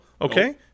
Okay